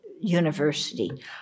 university